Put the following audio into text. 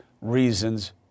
reasons